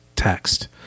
text